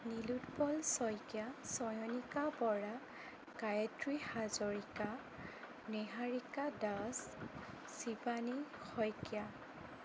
Nilotpal Saikia Chayanika Bora Gayatri Hazarika Niharika Das Shivani Saikia